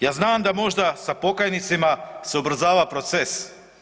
Ja znam da možda sa pokajnicima se ubrzava proces.